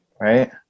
right